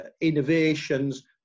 innovations